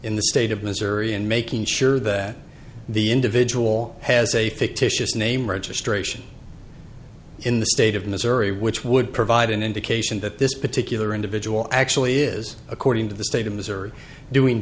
in the state of missouri and making sure that the individual has a fictitious name registration in the state of missouri which would provide an indication that this particular individual actually is according to the state of missouri doing